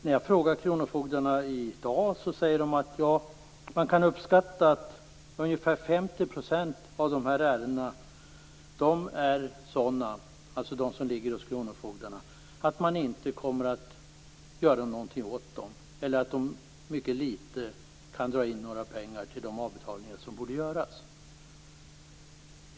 När jag frågar kronofogdarna i dag säger de att man kan uppskatta att ungefär 50 % av ärendena är sådana som man inte kommer att göra någonting åt eller där man i mycket liten utsträckning kan dra in pengar till de avbetalningar som borde göras.